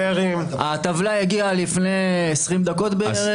הטבלה הגיעה לפני 20 דקות בערך.